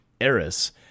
Eris